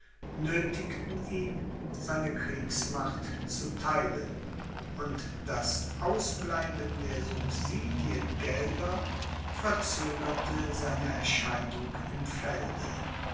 ihn seine kriegsmacht zu theilen und das ausbleiben der subsidiengelder verzögerte seine erscheinung im felde